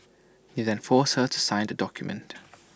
he then forced her to sign the document